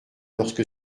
lorsque